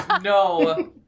No